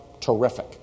terrific